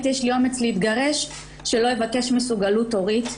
יש לי אומץ להתגרש שלא אבקש מסוגלות הורית.